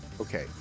Okay